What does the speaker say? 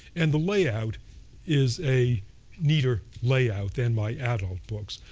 and the layout is a neater layout than my adult books.